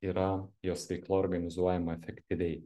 yra jos veikla organizuojama efektyviai